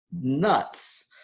nuts